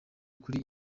kuri